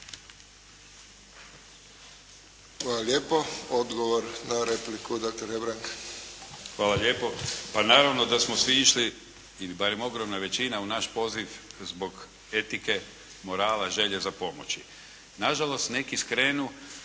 Hvala lijepo. Odgovor na repliku, doktor Hebrang. **Hebrang, Andrija (HDZ)** Hvala lijepo. Pa naravno da smo svi išli, ili barem ogromna većina u naš poziv zbog etike, morala, želje za pomoći. Nažalost, neki skrenu